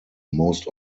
most